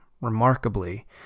remarkably